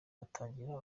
batangira